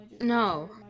No